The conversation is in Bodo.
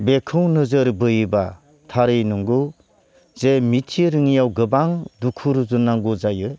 बेखौ नोजोर बोयोब्ला थारै नोंगौ जे मिथि रोङियाव गोबां दुखु रुजुननांगौ जायो